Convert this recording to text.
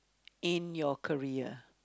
in your career